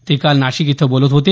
ते काल नाशिक इथं बोलत होते